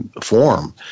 form